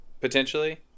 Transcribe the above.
potentially